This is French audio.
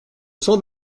cent